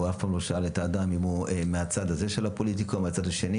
והוא אף פעם לא שאל את האדם אם הוא מהצד הזה של הפוליטיקה או מהצד השני,